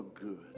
good